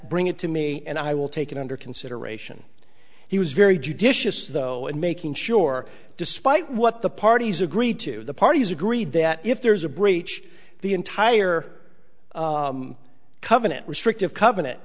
bring it to me and i will take it under consideration he was very judicious though and making sure despite what the parties agreed to the parties agreed that if there is a breach the entire covenant restrictive covenant